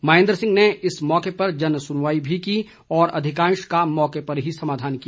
महेंद्र सिंह ने इस मौके पर जनसुनवाई भी की और अधिकांश का मौके पर ही समाधान किया